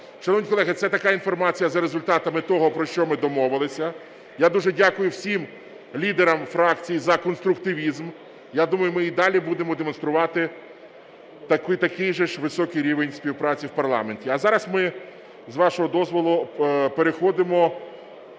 Шановні колеги, це така інформація за результатами того, про що ми домовились. Я дуже дякую всім лідерам фракцій за конструктивізм. Я думаю ми і далі будемо демонструвати такий же ж високий рівень співпраці в парламенті. А зараз ми, з вашого дозволу, переходимо